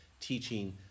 teaching